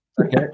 Okay